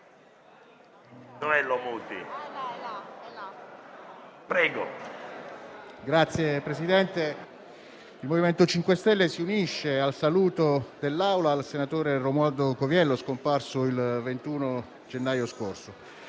Signor Presidente, il Gruppo MoVimento 5 Stelle si unisce al saluto dell'Assemblea al senatore Romualdo Coviello, scomparso il 21 gennaio scorso.